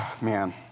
man